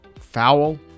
foul